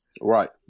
Right